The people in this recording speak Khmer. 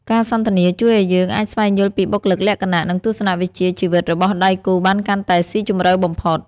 ការសន្ទនាជួយឱ្យយើងអាចស្វែងយល់ពីបុគ្គលិកលក្ខណៈ និងទស្សនវិជ្ជាជីវិតរបស់ដៃគូបានកាន់តែស៊ីជម្រៅបំផុត។